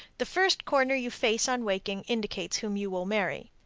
the first corner you face on waking indicates whom you will marry.